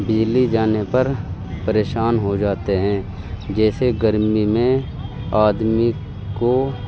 بجلی جانے پر پریشان ہو جاتے ہیں جیسے گرمی میں آدمی کو